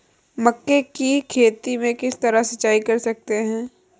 मक्के की खेती में किस तरह सिंचाई कर सकते हैं?